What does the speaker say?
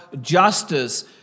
justice